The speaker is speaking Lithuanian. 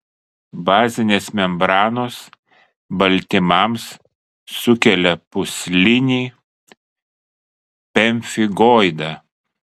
bazinės membranos baltymams sukelia pūslinį pemfigoidą